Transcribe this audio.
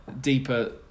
deeper